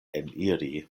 eniri